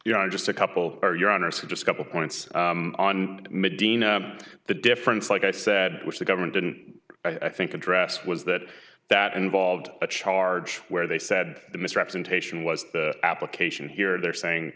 you know just a couple are your honor so just a couple points on the difference like i said which the government didn't i think address was that that involved a charge where they said the misrepresentation was the application here they're saying